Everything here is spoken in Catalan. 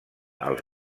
els